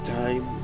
time